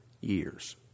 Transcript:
years